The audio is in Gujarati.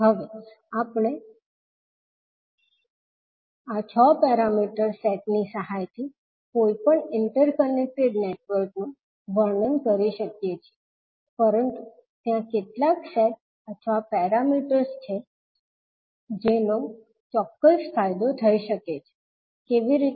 હવે આપણે આ 6 પેરામીટર સેટ ની સહાયથી કોઈપણ ઇન્ટરકનેક્ટેડ નેટવર્કનું વર્ણન કરી શકીએ છીએ પરંતુ ત્યાં કેટલાક સેટ અથવા પેરામીટર્સ છે જેનો ચોક્કસ ફાયદો થઈ શકે છે કેવી રીતે